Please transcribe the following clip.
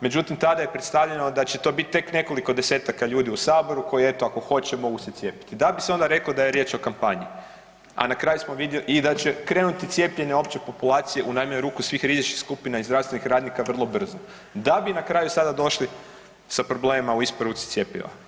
Međutim, tada je predstavljeno da će to biti tek nekoliko desetaka ljudi u saboru koji eto ako hoće mogu se cijepiti, da bi se onda reklo da je riječ o kampanji, a na kraju smo vidjeli i da će krenuti cijepljenje opće populacije u najmanju ruku svih rizičnih skupina i zdravstvenih radnika vrlo brzo da bi na kraju sada došli sa problemima u isporuci cjepiva.